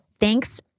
Thanks